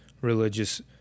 religious